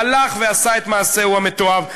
הלך ועשה את מעשהו המתועב.